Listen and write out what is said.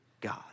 God